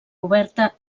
oberta